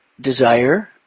desire